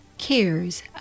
cares